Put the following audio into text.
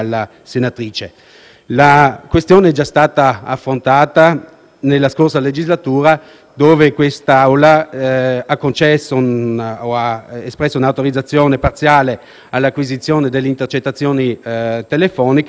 La questione era già stata affrontata nella scorsa legislatura, quando l'Assemblea aveva espresso un'autorizzazione parziale all'acquisizione delle intercettazioni telefoniche.